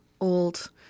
old